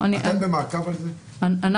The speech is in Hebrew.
אתם במעקב על זה?